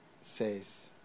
says